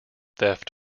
theft